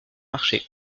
marché